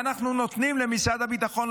ואנחנו נותנים למשרד הביטחון,